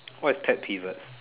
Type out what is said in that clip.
what is pet pivot